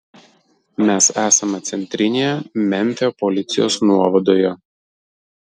mes esame centrinėje memfio policijos nuovadoje